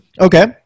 Okay